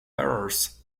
errors